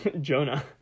Jonah